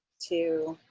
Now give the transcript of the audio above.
to